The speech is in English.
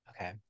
Okay